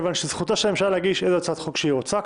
זכותה של הממשלה להגיש איזו הצעת חוק שהיא רוצה,